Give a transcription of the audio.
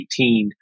2018